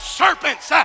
serpents